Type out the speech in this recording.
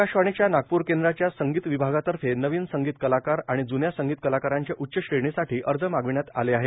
आकाशवाणीच्या नागपूर केंद्राच्या संगीत विभागातर्फे नवीन संगीत कलाकार आणि जुव्या संगीत कलाकारांच्या उच्च श्रेणीसाठी अर्ज मागविण्यात आले आहेत